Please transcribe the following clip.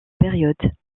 période